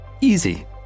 Easy